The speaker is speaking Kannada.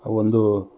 ಒಂದು